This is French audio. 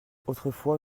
autrefois